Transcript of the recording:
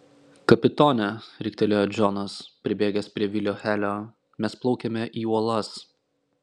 kapitone riktelėjo džonas pribėgęs prie vilio helio mes plaukiame į uolas